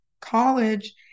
college